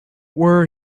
were